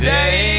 Day